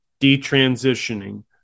detransitioning